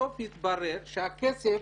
בסוף התברר שהכסף